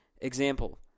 Example